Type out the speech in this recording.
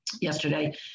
yesterday